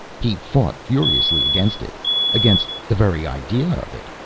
he fought furiously against it against the very idea of it.